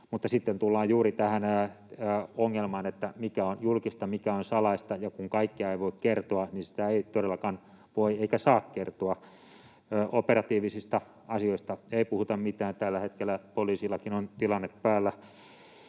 Mutta sitten tullaan juuri tähän ongelmaan, mikä on julkista, mikä on salaista, ja kun kaikkea ei voi kertoa, niin sitä ei todellakaan voi eikä saa kertoa. Operatiivisista asioista ei puhuta mitään. Tälläkin hetkellä poliisilla on tilanne päällä